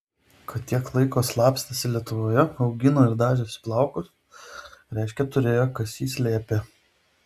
kad tiek laiko slapstėsi lietuvoje augino ir dažėsi plaukus reiškia turėjo kas jį slėpė